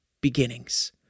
beginnings